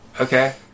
Okay